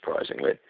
surprisingly